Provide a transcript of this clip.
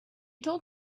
told